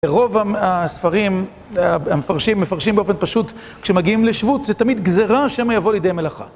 רוב הספרים, המפרשים, מפרשים באופן פשוט כשמגיעים לשבות, זה תמיד גזרה שמעבור לידי מלאכה.